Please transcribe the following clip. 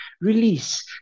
release